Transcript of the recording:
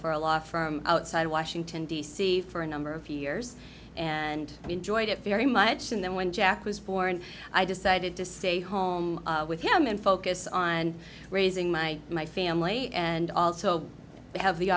for a law firm outside washington d c for a number of years and i enjoyed it very much and then when jack was born i decided to stay home with him and focus on raising my my family and also have the